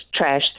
trashed